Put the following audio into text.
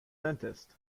dentist